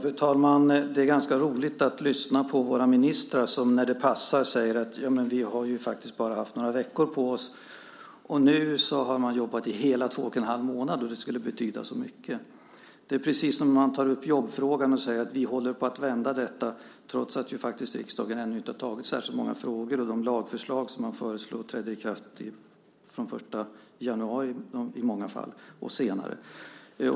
Fru talman! Det är ganska roligt att lyssna på våra ministrar som när det passar säger att de faktiskt bara har haft några veckor på sig. Nu har man jobbat i hela två och en halv månader, och det skulle betyda så mycket. Det är precis som när man tar upp jobbfrågan och säger att man håller på att vända det, trots att riksdagen ännu inte har beslutat om särskilt många frågor och de lagförslag som man föreslår ska träda i kraft den 1 januari i många fall och senare.